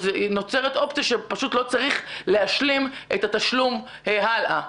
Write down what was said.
אז נוצרת אופציה שפשוט לא צריך להשלים את התשלום הלאה.